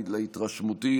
להתרשמותי,